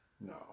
No